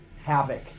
Havoc